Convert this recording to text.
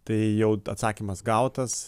tai jau atsakymas gautas